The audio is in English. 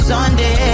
Sunday